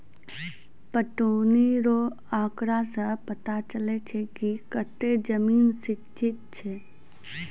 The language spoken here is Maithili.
पटौनी रो आँकड़ा से पता चलै छै कि कतै जमीन सिंचित छै